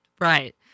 right